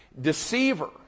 deceiver